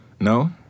No